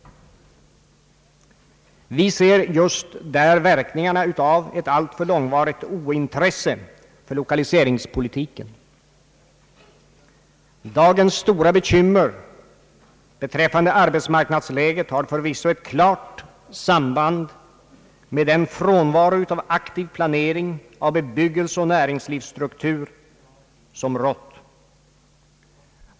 Vi ser just där verkningarna av ett alltför långvarigt ointresse för lokaliseringspolitiken. Dagens stora bekymmer beträffande arbetsmarknadsläget har förvisso ett klart samband med den frånvaro av aktiv planering för bebyggelseoch näringslivsstrukturen som rått.